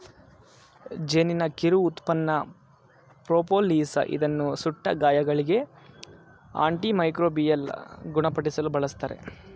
ಜೇನಿನ ಕಿರು ಉತ್ಪನ್ನ ಪ್ರೋಪೋಲಿಸ್ ಇದನ್ನು ಸುಟ್ಟ ಗಾಯಗಳಿಗೆ, ಆಂಟಿ ಮೈಕ್ರೋಬಿಯಲ್ ಗುಣಪಡಿಸಲು ಬಳ್ಸತ್ತರೆ